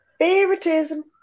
Favoritism